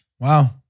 Wow